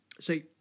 See